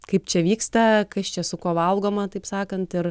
kaip čia vyksta kas čia su kuo valgoma taip sakant ir